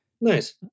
Nice